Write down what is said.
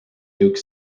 duke